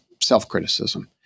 self-criticism